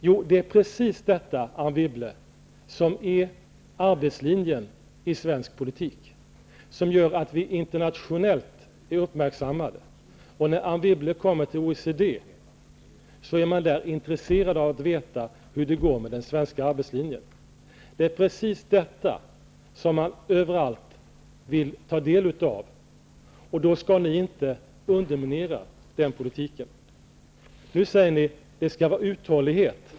Jo, det är precis detta som är arbetslinjen i svensk politik, som gör att vi är internationellt uppmärksammade. När Anne Wibble kommer till OECD får hon erfara att där är man intresserad av att veta hur det går med den svenska arbetslinjen. Det är precis detta som man överallt vill ta del av, och då skall ni inte underminera den politiken. Nu säger ni: Det skall vara uthållighet.